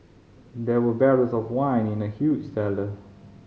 there were barrels of wine in the huge cellar